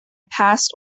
past